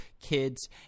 kids